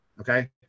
Okay